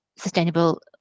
Sustainable